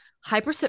hyper